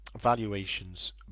valuations